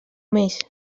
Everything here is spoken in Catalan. més